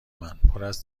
من، پراز